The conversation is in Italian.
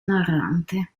narrante